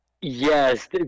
yes